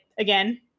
Again